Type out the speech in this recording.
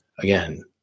Again